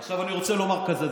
אני רוצה ללמוד ממך.